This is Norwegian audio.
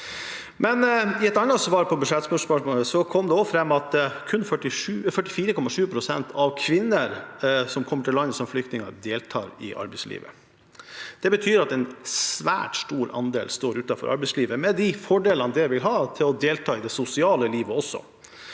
I et annet svar på budsjettspørsmål kom det fram at kun 44,7 pst. av kvinnene som kommer til landet som flyktninger, deltar i arbeidslivet. Det betyr at en svært stor andel står utenfor arbeidslivet med de fordelene det vil medføre til også å delta i det sosiale livet.